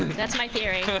that's my theory.